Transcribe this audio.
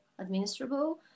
administrable